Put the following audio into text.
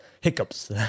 hiccups